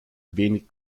wenig